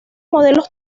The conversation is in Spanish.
modelos